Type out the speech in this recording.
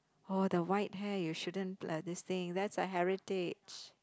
oh the white hair you shouldn't thing that's a heritage